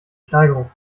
steigerung